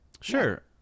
sure